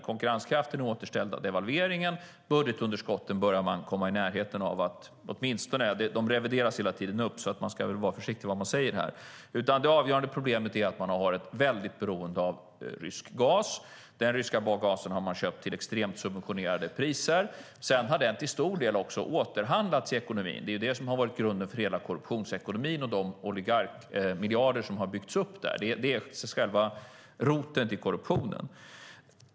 Konkurrenskraften är återställd av devalveringen, och budgetunderskotten börjar man komma i närheten av att åtminstone . de revideras hela tiden upp så man ska vara försiktig med vad man säger här. Det avgörande problemet är att Ukraina har varit väldigt beroende av rysk gas. Den ryska gasen har man köpt till extremt subventionerade priser. Sedan har den till stor del också återhandlats i ekonomin; det är det som har varit grunden för hela korruptionsekonomin och de oligarkmiljarder som har byggts upp där. Det är själva roten till korruptionen.